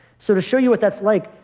sort of show you what that's like,